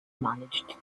managed